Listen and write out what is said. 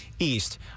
East